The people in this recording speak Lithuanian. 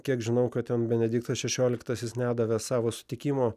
kiek žinau ką ten benediktas šešioliktasis nedavė savo sutikimo